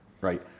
right